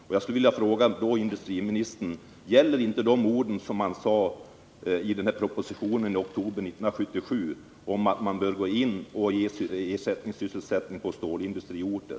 Jag skulle vilja fråga industriministern: Gäller inte vad som sades i propositionen i oktober 1977 om att man bör gå in och ge ersättningssysselsättning på stålindustriorter?